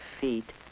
feet